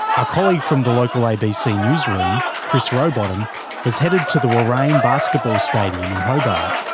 our colleague from the local abc newsroom, chris rowbottom, has headed to the warrane basketball stadium in hobart,